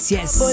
Yes